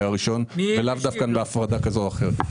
הרישיון ולאו דווקא להפרדה כזו או אחרת.